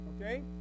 Okay